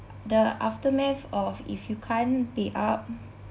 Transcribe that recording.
the aftermath of if you can't pay up